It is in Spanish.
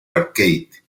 arcade